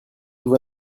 tout